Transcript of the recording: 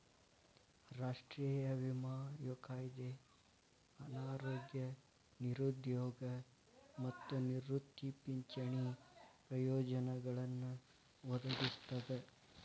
ರಾಷ್ಟ್ರೇಯ ವಿಮಾ ಕಾಯ್ದೆ ಅನಾರೋಗ್ಯ ನಿರುದ್ಯೋಗ ಮತ್ತ ನಿವೃತ್ತಿ ಪಿಂಚಣಿ ಪ್ರಯೋಜನಗಳನ್ನ ಒದಗಿಸ್ತದ